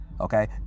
Okay